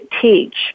teach